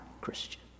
Christian